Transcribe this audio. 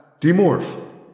Demorph